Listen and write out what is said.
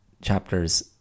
chapters